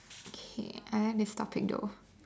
okay I like this topic though